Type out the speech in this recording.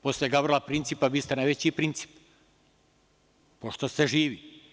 Posle Gavrila Principa vi ste najveći princip pošto ste živi.